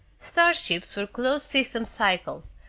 starships were closed-system cycles,